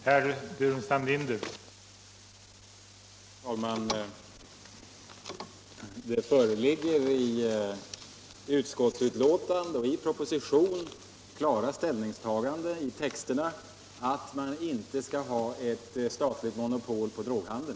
Herr talman! Det föreligger i texterna i både utskottsbetänkande och proposition klara ställningstaganden för att man inte skall ha ett statligt monopol på droghandel.